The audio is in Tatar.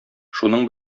шуның